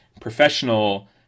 professional